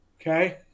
Okay